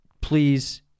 Please